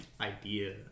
idea